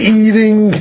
eating